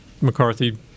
McCarthy